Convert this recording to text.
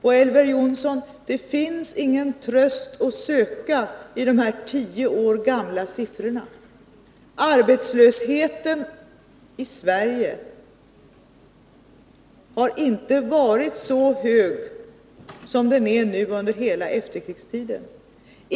Och, Elver Jonsson, det finns ingen tröst att söka i de här tio år gamla siffrorna. Arbetslösheten i Sverige har inte någon gång under efterkrigstiden varit så hög som den är nu.